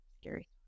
scary